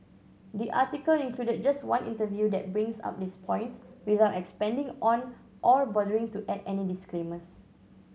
the article included just one interview that brings up this point without expanding on or bothering to add any disclaimers